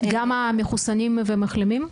גם מחוסנים ומחלימים?